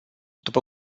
după